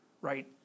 right